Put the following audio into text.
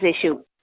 issue